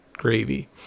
gravy